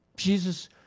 Jesus